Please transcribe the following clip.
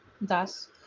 thus